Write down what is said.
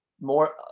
more